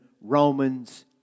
Romans